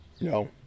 No